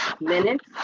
minutes